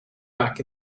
back